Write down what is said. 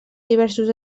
diversos